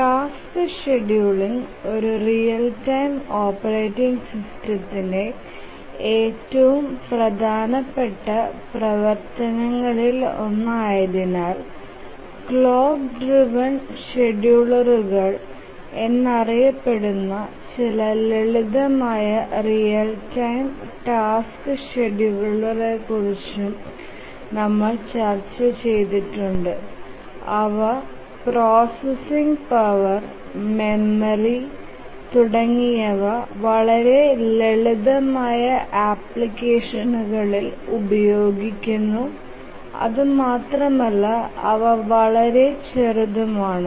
task scheduling ഒരു real time operating സിസ്റ്റത്തിന്റെ ഏറ്റവും പ്രധാനപ്പെട്ട പ്രവർത്തനങ്ങളിലൊന്നായതിനാൽ ക്ലോക്ക് ഡ്രൈവ്എൻ ഷെഡ്യൂളറുകൾ എന്നറിയപ്പെടുന്ന ചില ലളിതമായ റിയൽ ടൈം ടാസ്ക് ഷെഡ്യൂളറുകളെക്കുറിച്ചും നമ്മൾ ചർച്ചചെയ്തിട്ടുണ്ട് അവ പ്രോസസ്സിംഗ് പവർ മെമ്മറി തുടങ്ങിയ വളരെ ലളിതമായ ആപ്ലിക്കേഷനുകളിൽ ഉപയോഗിക്കുന്നു അതു മാത്രമല്ല അവ വളരെ ചെറുതും ആണ്